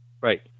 Right